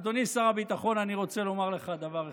אדוני שר הביטחון, אני רוצה לומר לך דבר אחד,